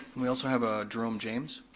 we also have a jerome james.